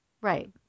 Right